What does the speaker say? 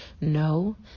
No